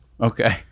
okay